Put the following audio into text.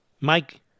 Mike